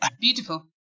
beautiful